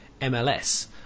MLS